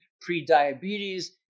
pre-diabetes